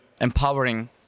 empowering